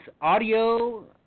audio